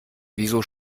wieso